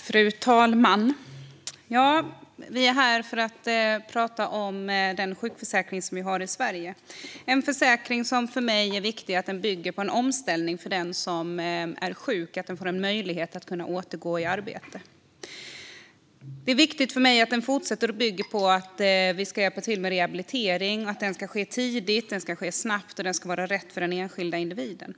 Fru talman! Vi är här för att prata om sjukförsäkringen i Sverige. Jag tycker att det är viktigt att försäkringen bygger på en omställning för den som är sjuk, så att man får möjlighet att återgå i arbete. Det är viktigt för mig att sjukförsäkringen fortsätter att bygga på att vi ska hjälpa till med rehabiliteringen, att den ska ske tidigt, snabbt och vara rätt för den enskilda individen.